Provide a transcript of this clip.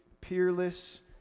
peerless